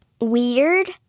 weird